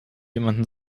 jemanden